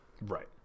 Right